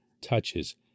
touches